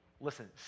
listen